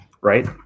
Right